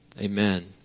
amen